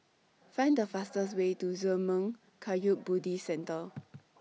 Find The fastest Way to Zurmang Kagyud Buddhist Centre